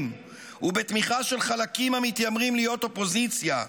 ובתמיכה של חלקים המתיימרים להיות אופוזיציה,